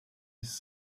his